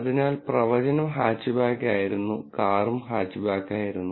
അതിനാൽ പ്രവചനം ഹാച്ച്ബാക്ക് ആയിരുന്നു കാറും ഹാച്ച്ബാക്ക് ആയിരുന്നു